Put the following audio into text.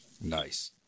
Nice